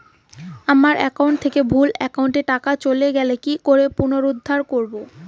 আমার একাউন্ট থেকে ভুল একাউন্টে টাকা চলে গেছে কি করে পুনরুদ্ধার করবো?